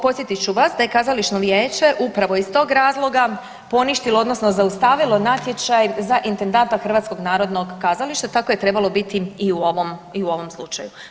Podsjetit ću vas da je Kazališno vijeće upravo iz tog razloga poništilo, odnosno zaustavilo natječaj za intendanta Hrvatskog narodnog kazalište, tako je trebalo biti i u ovom slučaju.